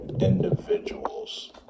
individuals